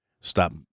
Stop